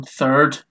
third